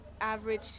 average